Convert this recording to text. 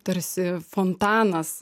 tarsi fontanas